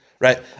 Right